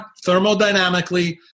thermodynamically